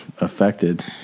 affected